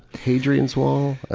hadrian's wall. i